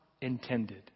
intended